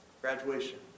Graduation